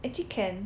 actually can